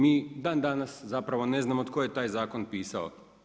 Mi dan danas zapravo ne znamo tko je taj zakon pisao.